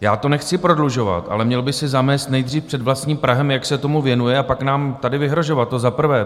Já to nechci prodlužovat, ale měl by si zamést nejdřív před vlastním prahem, jak se tomu věnuje, a pak nám tady vyhrožovat, to za prvé.